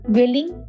willing